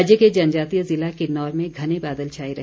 राज्य के जनजातीय ज़िला किन्नौर में घने बादल छाए रहे